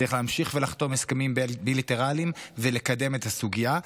צריך להמשיך ולחתום הסכמים בילטרליים ולקדם את הסוגיה.